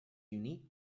unique